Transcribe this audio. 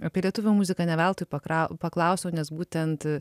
apie lietuvių muziką ne veltui pakra paklausiau nes būtent